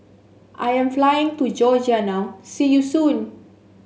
I am flying to Georgia now see you soon